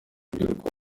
rubyiruko